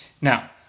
Now